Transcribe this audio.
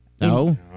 No